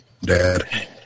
Dad